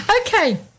Okay